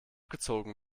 gezogen